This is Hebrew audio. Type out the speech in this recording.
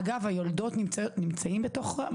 אגב, היולדות נמצאים בתוך זה?